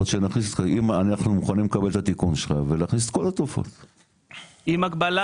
אנחנו מוכנים לקבל את התיקון שלך ולהכניס את כל התרופות זה אחד,